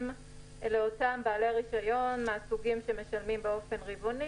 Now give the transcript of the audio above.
לאותם בעלי רישיון מהסוגים שמשלמים באופן רבעוני,